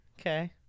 okay